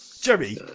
Jerry